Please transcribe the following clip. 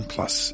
Plus